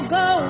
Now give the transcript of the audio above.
go